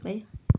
भयो